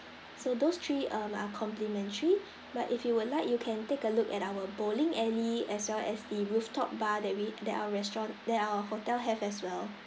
so those three um are complimentary but if you would like you can take a look at our bowling alley as well as the rooftop bar that we that our restaurant that our hotel have as well